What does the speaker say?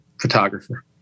photographer